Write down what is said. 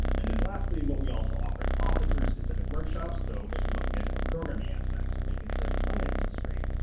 and then lastly what we also offer is officer-specific workshops, so if you're looking at different programming aspects or making sure that the finances are straight,